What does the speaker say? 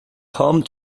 home